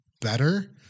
better